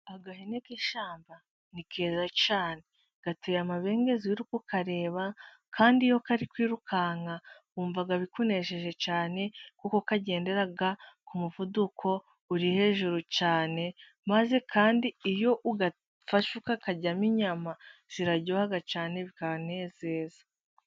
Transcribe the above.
Agahene k'ishyamba ni keza cyane. Gateye amabengeza iyo uri kukareba. Kandi iyo kari kwirukanka wumva bikunesheje cyane, kuko kagendera k'umuvuduko uri hejuru cyane. Maze kandi iyo ugafashe ukakaryamo inyama, ziraryoga cyane bikanezeza.